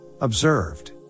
Observed